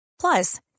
plus